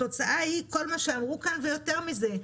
התוצאה היא כמו שאמרו כאן ויותר מזה.